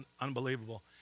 unbelievable